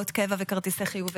סיפורים קשים ועצובים.